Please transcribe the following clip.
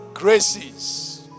graces